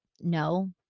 no